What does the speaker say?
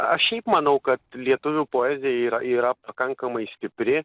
aš šiaip manau kad lietuvių poezija yra yra pakankamai stipri